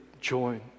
join